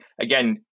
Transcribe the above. again